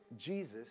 Jesus